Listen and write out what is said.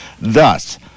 Thus